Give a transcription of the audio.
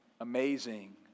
amazing